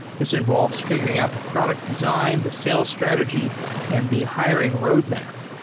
this involves figuring out the product design, the sales strategy and the hiring roadmap.